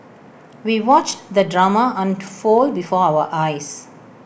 we watched the drama unfold before our eyes